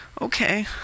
Okay